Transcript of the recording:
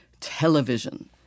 television